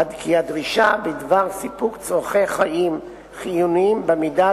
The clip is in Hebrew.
כי "הדרישה בדבר סיפוק צורכי חיים חיוניים במידה